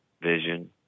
vision